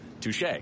Touche